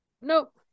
Nope